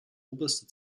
oberste